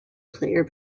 player